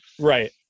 Right